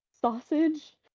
sausage